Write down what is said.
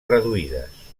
reduïdes